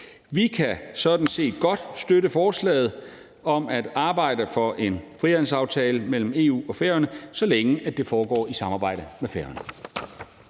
set godt støtte forslaget om at arbejde for en frihandelsaftale mellem EU og Færøerne, så længe det foregår i samarbejde med Færøerne.